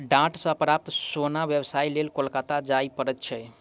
डांट सॅ प्राप्त सोन व्यवसायक लेल कोलकाता जाय पड़ैत छै